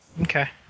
Okay